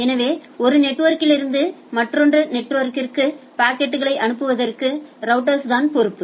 எனவே ஒரு நெட்வொர்க்கிலிருந்து மற்றொரு நெட்வொர்க்கிற்கு பாக்கெட்களை அனுப்புவதற்கு ரௌட்டர்ஸ் தான் பொறுப்பு